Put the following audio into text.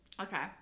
Okay